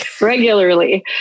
regularly